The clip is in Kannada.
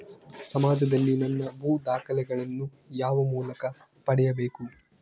ಸಮಾಜದಲ್ಲಿ ನನ್ನ ಭೂ ದಾಖಲೆಗಳನ್ನು ಯಾವ ಮೂಲಕ ಪಡೆಯಬೇಕು?